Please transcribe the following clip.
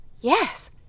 Yes